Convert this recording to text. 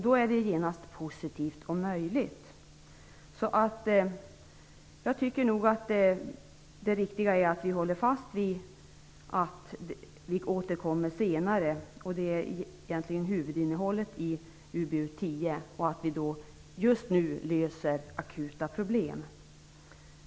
Då är det genast positivt och möjligt. Det riktiga är nog att vi håller fast vid att vi återkommer senare. Det är egentligen huvudinnehållet i betänkande 1995/96:UbU10. Just nu gäller det att lösa akuta problem.